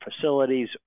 facilities